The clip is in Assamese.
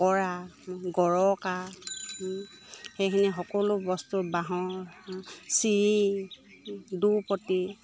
গৰকা সেইখিনি সকলো বস্তু বাঁহৰ চিৰি দুপতি